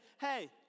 hey